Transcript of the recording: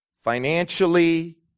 financially